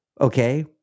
okay